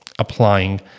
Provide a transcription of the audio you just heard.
Applying